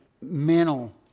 mental